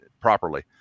properly